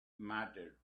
matter